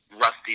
Rusty